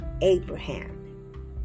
Abraham